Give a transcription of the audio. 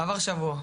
עבר שבוע,